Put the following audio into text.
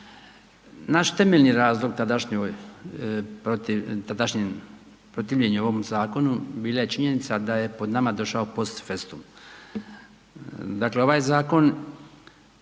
Naš temeljni razlog tadašnjem protivljenju ovom zakonu bila je činjenica da je po nama došao post festum. Dakle, ovaj zakon